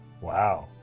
Wow